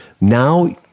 Now